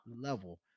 level